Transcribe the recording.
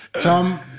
Tom